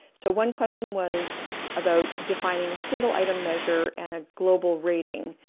so, one question was about defining a single-item measure and a global rating.